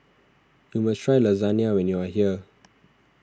you must try Lasagna when you are here